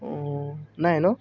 অঁ নাই ন